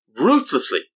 ruthlessly